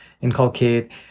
inculcate